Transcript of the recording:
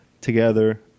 together